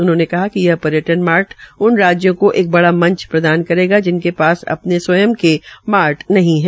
उन्होंने कहा कि यह पर्यटन मार्ट उन राज्यों को एक बड़ा मंच प्रदान करेगा जिनके पास अपने स्वयं के मार्ट नहीं है